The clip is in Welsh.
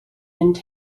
mynd